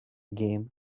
game